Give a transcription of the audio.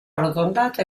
arrotondata